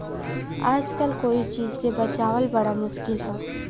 आजकल कोई चीज के बचावल बड़ा मुश्किल हौ